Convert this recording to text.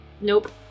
Nope